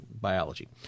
biology